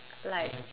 like